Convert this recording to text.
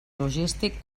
logístic